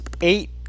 eight